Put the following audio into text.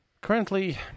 Currently